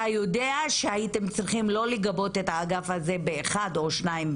אתה יודע שהייתם צריכים לא לגבות את האגף הזה באחד או שניים,